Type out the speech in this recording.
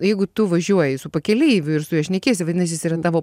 jeigu tu važiuoji su pakeleiviu ir su juo šnekiesi vadinasi jis yra tavo